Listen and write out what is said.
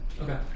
Okay